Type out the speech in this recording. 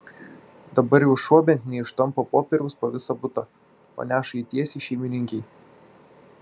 dabar jau šuo bent neištampo popieriaus po visą butą o neša jį tiesiai šeimininkei